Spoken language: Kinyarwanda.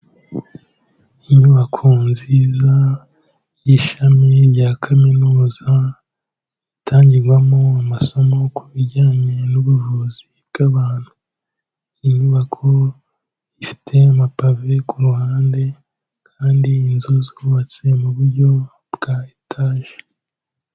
Inyubako nziza y'ishami rya kaminuza, itangirwamo amasomo kubijyanye n'ubuvuzi bw'abantu. Inyubako ifite amapave ku ruhande, kandi inzu zubatse mu buryo bwa etaje.